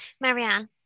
Marianne